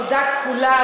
תודה כפולה,